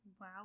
Wow